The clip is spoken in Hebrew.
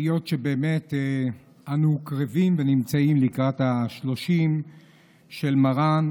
היות שבאמת אנו קרבים ונמצאים לקראת ה-30 של מר"ן